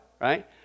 Right